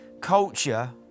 culture